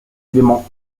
éléments